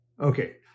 Okay